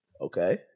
Okay